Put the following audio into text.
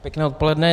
Pěkné odpoledne.